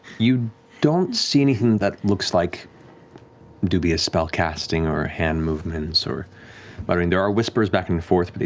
you don't see anything that looks like dubious spell casting or hand movements or muttering. there are whispers back and forth, but